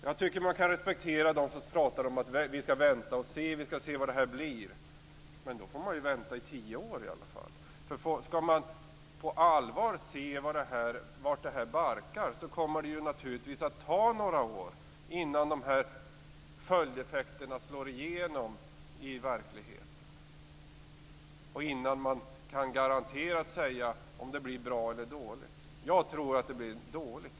Jag tycker att man kan respektera dem som pratar om att vi skall vänta och se vad det här blir. Men då får man vänta i åtminstone tio år. Skall man på allvar se vart det här barkar kommer det naturligtvis att ta några år innan följdeffekterna slår igenom i verkligheten och innan man garanterat kan säga om det blir bra eller dåligt. Jag tror att det blir dåligt.